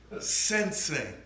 Sensing